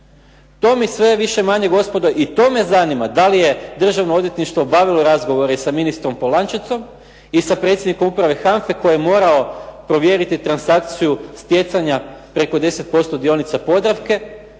To mi sve manje-više gospodo i to me zanima da li je Državno odvjetništvo ... razgovore i sa ministrom Polančecom i sa predsjednikom uprave HANFA-e koji je morao provjeriti transakciju stjecanja preko 10% dionica Podravke,